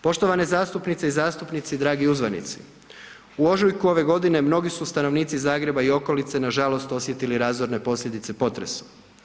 Poštovane zastupnice i zastupnici, dragi uzvanici, u ožujku ove godine mnogi su stanovnici Zagreba i okolice nažalost osjetili razorne posljedice potresa.